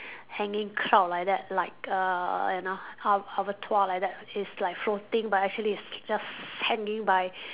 hanging cloud like that like uh you know hub like that is like floating but actually it's just hanging by